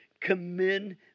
commend